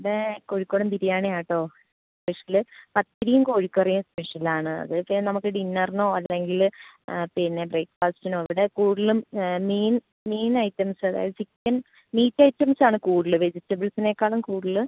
പിന്നേ കോഴിക്കോടൻ ബിരിയാണിയാട്ടോ സ്പെഷ്യല് പത്തിരീം കോഴിക്കറിയും സ്പെഷ്യലാണ് അതൊക്കെ നമുക്ക് ഡിന്നറിനോ അല്ലെങ്കിൽ പിന്നെ ബ്രേക്ഫാസ്റ്റിനോ ഇവിടെ കൂടുതലും മീൻ മീൻ ഐറ്റംസ് അതായത് ചിക്കൻ മീറ്റ് ഐറ്റംസാണ് കൂടുതൽ വെജിറ്റബിൾസിനേക്കാളും കൂടുതൽ